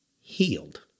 healed